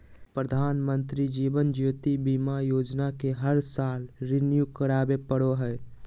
प्रधानमंत्री जीवन ज्योति बीमा योजना के हर साल रिन्यू करावे पड़ो हइ